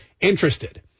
interested